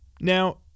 Now